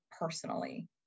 personally